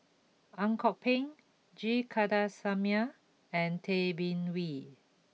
Ang Kok Peng G Kandasamy and Tay Bin Wee